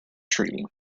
tree